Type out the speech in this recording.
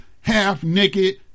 half-naked